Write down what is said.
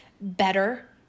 better